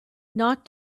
not